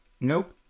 Nope